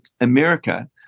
america